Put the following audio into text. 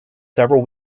several